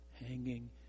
Hanging